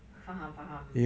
faham faham